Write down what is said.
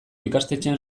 ikastetxean